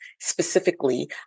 specifically